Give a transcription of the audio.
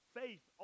faith